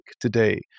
today